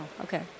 Okay